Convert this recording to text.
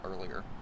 earlier